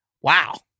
wow